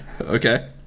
okay